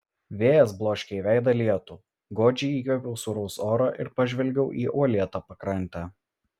vėjas bloškė į veidą lietų godžiai įkvėpiau sūraus oro ir pažvelgiau į uolėtą pakrantę